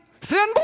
sin